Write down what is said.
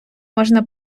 можна